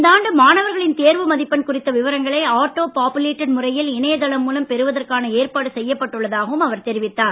இந்தாண்டு மாணவர்களின் தேர்வு மதிப்பெண் குறித்த விவரங்களை ஆட்டோ பாப்புலேட்டட் முறையில் இணையதளம் மூலம் பெறுவதற்கான ஏற்பாடு செய்யப்பட்டுள்ளதாகவும் அவர் தெரிவித்தார்